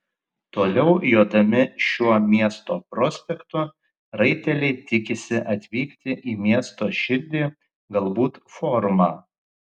toliau jodami šiuo miesto prospektu raiteliai tikisi atvykti į miesto širdį galbūt forumą